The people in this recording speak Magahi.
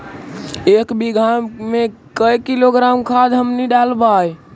एक बीघा मे के किलोग्राम खाद हमनि डालबाय?